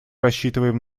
рассчитываем